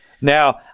Now